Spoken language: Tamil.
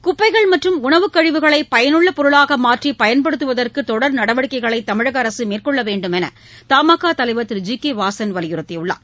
குப்பைகள் மற்றும் உணவுக் கழிவுகளை பயனுள்ள பொருளாக மாற்றி பயன்படுத்துவதற்கு தொடர் நடவடிக்கைகளை தமிழக அரசு மேற்கொள்ள வேண்டும் என்ற தமாகா தலைவர் திரு ஜி கே வாசன் வலியுறுத்தியுள்ளார்